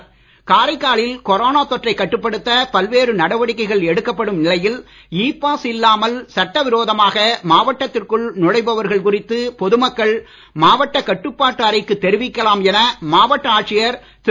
காரைக்கால் காரைக்காலில் கொரோனா தொற்றை கட்டுப்படுத்த பல்வேறு நடவடிக்கைகள் எடுக்கப்படும் நிலையில் இ பாஸ் இல்லாமல் சட்ட விரோதமாக மாவட்டத்திற்குள் நுழைபவர்கள் குறித்து பொது மக்கள் மாவட்ட கட்டுப்பாட்டு அறைக்கு தெரிவிக்கலாம் என மாவட்ட ஆட்சியர் திரு